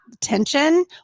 tension